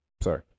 Sorry